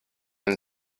and